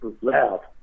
loud